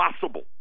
possible